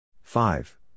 five